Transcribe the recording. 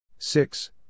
Six